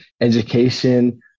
education